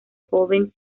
joven